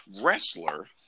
wrestler